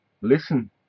listen